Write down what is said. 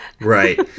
Right